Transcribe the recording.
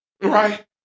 Right